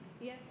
Yes